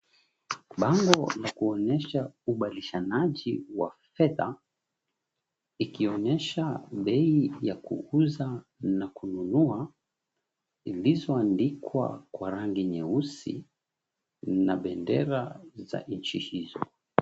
Bango la kuonyesha ubadilishanaji wa fedha, ikionyesha bei ya kuuza na kununua zilizoandikwa kwa rangi nyeusi na bendera za nchi hizo.